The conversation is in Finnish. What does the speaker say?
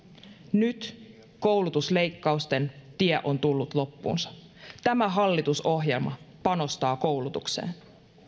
nyt koulutusleikkausten tie on tullut loppuunsa tämä hallitusohjelma panostaa koulutukseen